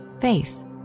faith